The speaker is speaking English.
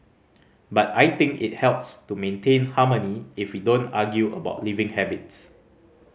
but I think it helps to maintain harmony if we don't argue about living habits